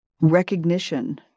recognition